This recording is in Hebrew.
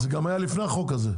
זה היה גם לפני החוק הזה.